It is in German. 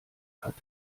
hat